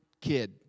kid